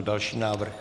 Další návrh.